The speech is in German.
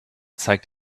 zeigt